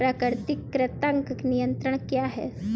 प्राकृतिक कृंतक नियंत्रण क्या है?